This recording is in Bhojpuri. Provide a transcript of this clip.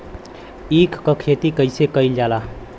ईख क खेती कइसे कइल जाला?